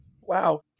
Wow